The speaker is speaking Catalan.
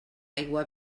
aigua